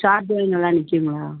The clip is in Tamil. சார்ஜர் நல்லா நிற்குங்களா